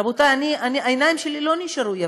רבותיי, העיניים שלי לא נשארו יבשות: